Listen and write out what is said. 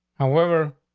however,